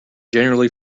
generally